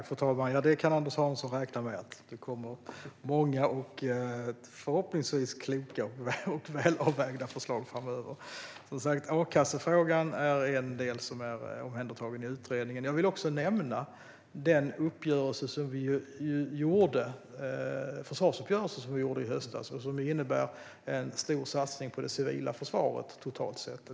Fru talman! Ja, Anders Hansson kan räkna med att det kommer många och förhoppningsvis kloka och välavvägda förslag framöver. A-kassefrågan är omhändertagen i utredningen. Jag vill också nämna den försvarsuppgörelse som vi gjorde i höstas och som innebär en stor satsning på det civila försvaret totalt sett.